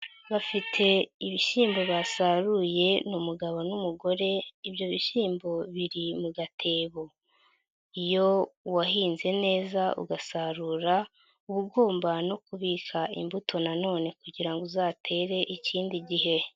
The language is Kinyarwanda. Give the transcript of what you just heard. Bafite ibishyimbo basaruye ni umugabo n'umugore, ibyo bishyimbo biri mu gatebo, iyo wahinze neza ugasarura, uba ugumba no kubika imbuto nanone kugira ngo uzatere ikindi gihe.